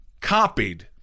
copied